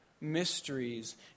mysteries